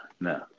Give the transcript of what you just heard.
No